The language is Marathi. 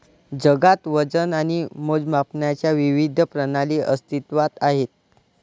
जगात वजन आणि मोजमापांच्या विविध प्रणाली अस्तित्त्वात आहेत